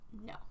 No